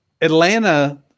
Atlanta